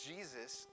Jesus